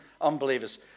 unbelievers